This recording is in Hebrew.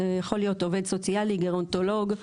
זה יכול להיות עובד סוציאלי, גרונטולוג.